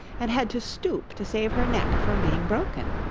and had to stoop to save her neck from being broken.